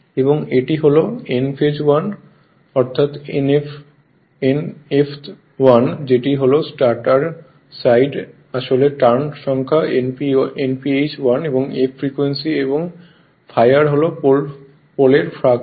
এবং এটি হল N ফেজ 1 অর্থাৎ Nfh 1 যেটি হল স্টেটর সাইড আসলে টার্ন সংখ্যা Nph 1 এবং f ফ্রিকোয়েন্সি এবং ∅r হল প্রতি পোলে ফ্লাক্স